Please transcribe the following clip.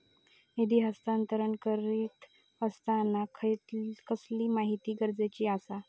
निधी हस्तांतरण करीत आसताना कसली माहिती गरजेची आसा?